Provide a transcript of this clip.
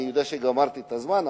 אני יודע שאני גמרתי את הזמן,